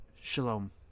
Shalom